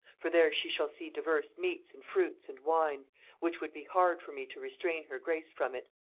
for there she shall see divers meats and fruits, and wine which would be hard for me to restrain her grace from it.